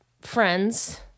friends